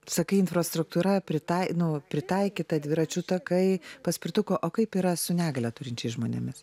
sakai infrastruktūra pritai nu pritaikyta dviračių takai paspirtuko o kaip yra su negalią turinčiais žmonėmis